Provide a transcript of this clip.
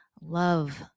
love